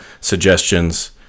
suggestions